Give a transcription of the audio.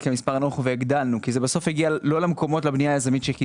כמספר נמוך והגדלנו כי בסוף זה הגיע לא לבנייה היזמית אליה כיוונו,